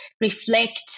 reflect